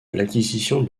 l’acquisition